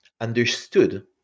understood